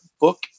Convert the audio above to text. book